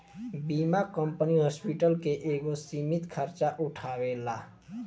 बीमा company hospital के एगो सीमित खर्चा उठावेला